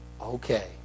Okay